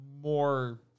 more